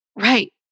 Right